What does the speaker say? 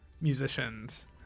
musicians